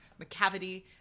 McCavity